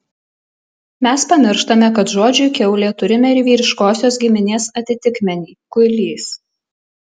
mes pamirštame kad žodžiui kiaulė turime ir vyriškosios giminės atitikmenį kuilys